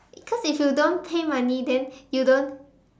cause if you don't pay money then you don't